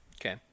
Okay